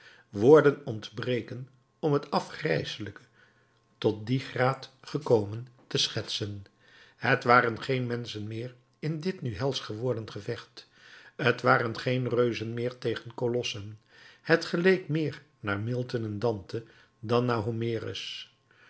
woorden ontbreken om het afgrijselijke tot dien graad gekomen te schetsen het waren geen menschen meer in dit nu helsch geworden gevecht t waren geen reuzen meer tegen kolossen het geleek meer naar milton en dante dan naar